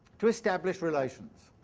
to establish relations